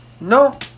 No